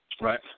right